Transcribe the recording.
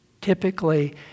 typically